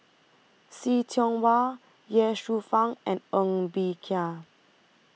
See Tiong Wah Ye Shufang and Ng Bee Kia